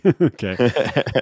Okay